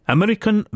American